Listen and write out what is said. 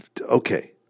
okay